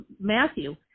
Matthew